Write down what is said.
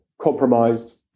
compromised